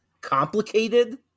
complicated